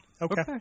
Okay